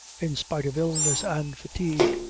in spite of illness and fatigue,